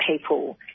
people